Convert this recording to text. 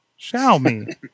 xiaomi